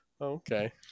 okay